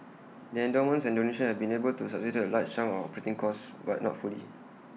the endowments and donations have been able to subsidise A large chunk of operating costs but not fully